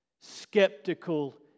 skeptical